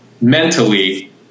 mentally